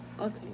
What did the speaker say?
okay